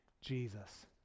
Jesus